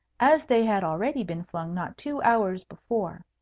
as they had already been flung not two hours before.